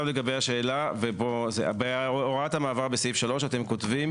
לגבי השאלה, הוראת המעבר בסעיף 3 אתם כותבים